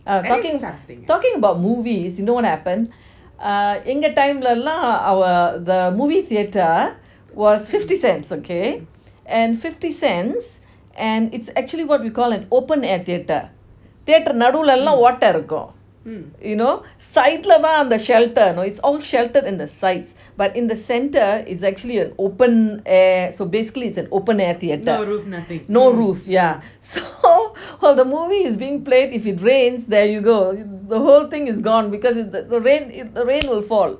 uh talking talking about movies you know what happened எங்க:enga time ளலாம்:lalam the movie theater was fifty cents okay and fifty cents and it's actually what we call an open air theatre theatre நடூலலாம் ஊட்ட இருக்கும்:nadulalam oota irukum you know side lah தான்:thaan the shelter you know it's all shelter at the sides but in the centre is actually an open air so basically it's an open air theatre no roof yeah so while the movie is being played if it rains there you go the whole thing is gone because is the rain the~ rain will fall